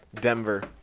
Denver